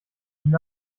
ihnen